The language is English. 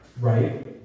Right